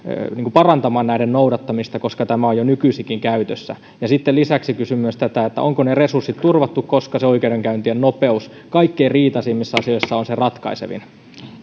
parantamaan näiden noudattamista koska tämä on jo nykyisinkin käytössä sitten lisäksi kysyn myös tätä onko ne resurssit turvattu koska se oikeudenkäyntien nopeus kaikkein riitaisimmissa asioissa on se ratkaisevin